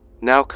Now